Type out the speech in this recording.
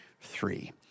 three